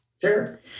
Sure